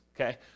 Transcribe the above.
Okay